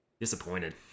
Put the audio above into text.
Disappointed